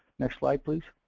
next slide please.